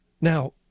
Now